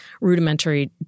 rudimentary